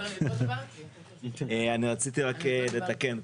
אני רציתי רק לתקן.